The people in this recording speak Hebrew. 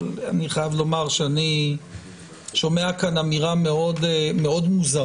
אבל אני חייב לומר שאני שומע כאן אמירה מאוד מוזרה.